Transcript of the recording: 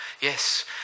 yes